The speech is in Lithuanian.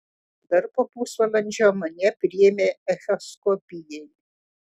dar po pusvalandžio mane priėmė echoskopijai